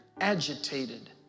agitated